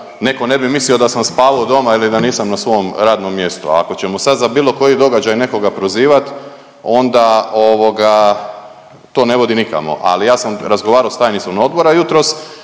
neko ne bi mislio da sam spavao doma ili da nisam na svom radnom mjestu, a ako ćemo sad za bilo koji događaj nekoga prozivat onda ovoga to ne vodi nikamo, ali ja sam razgovarao s tajnicom odbora jutros